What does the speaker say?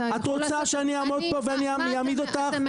אתה יכול לעשות --- את רוצה שאני אעמוד פה ואני אעמיד אותך?